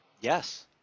Yes